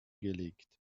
gelegt